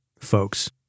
folks